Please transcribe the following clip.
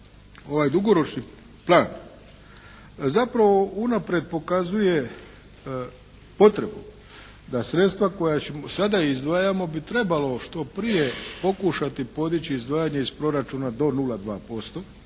ovaj dugoročni plan zapravo unaprijed pokazuje potreba da sredstva koja sada izdvajamo bi trebalo što prije pokušati podići izdvajanje iz proračuna do 0,2%.